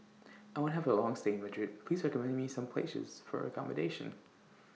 I want to Have A Long stay in Madrid Please recommend Me Some Places For accommodation